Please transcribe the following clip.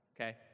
Okay